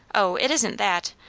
o, it isn't that.